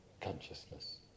consciousness